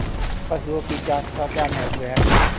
पशुओं की जांच का क्या महत्व है?